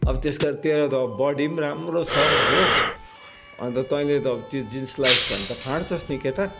अब त्यसका तेरो त बडी पनि राम्रो छ हो अन्त तैँले त त्यो जिन्स लगाइस् भने त फाँड्छस् नि केटा